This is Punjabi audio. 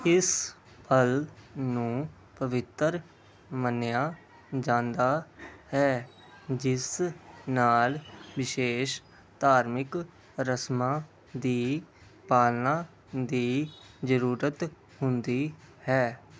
ਇਸ ਪਲ ਨੂੰ ਪਵਿੱਤਰ ਮੰਨਿਆ ਜਾਂਦਾ ਹੈ ਜਿਸ ਨਾਲ ਵਿਸ਼ੇਸ਼ ਧਾਰਮਿਕ ਰਸਮਾਂ ਦੀ ਪਾਲਣਾ ਦੀ ਜ਼ਰੂਰਤ ਹੁੰਦੀ ਹੈ